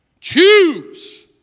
Choose